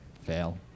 Fail